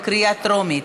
בקריאה טרומית.